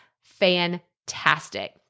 fantastic